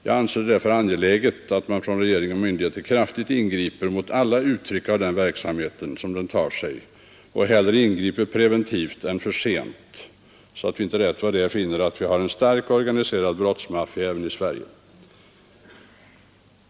Jag anser det därför angeläget att man från regering och myndigheter kraftigt ingriper mot alla uttryck som denna verksamhet tar sig och hellre ingriper preventivt än för sent, så att vi inte rätt vad det är finner att vi har en stark organiserad brottsmaffia även i Sverige.